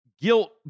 guilt